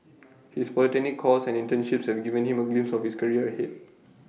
his polytechnic course and internships have given him A glimpse of his career ahead